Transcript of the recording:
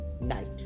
night